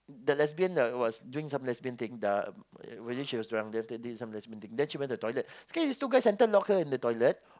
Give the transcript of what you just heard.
the lesbian was doing some lesbian thing the maybe she was drunk then after she did some lesbian thing then she went to the toilet sekali these two guys lock her in the toilet